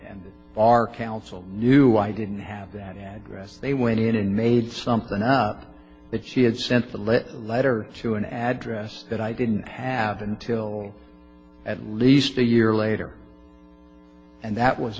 and our counsel knew i didn't have that address they went in and made something up that she had sent the letter a letter to an address that i didn't have until at least a year later and that was